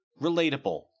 relatable